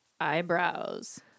eyebrows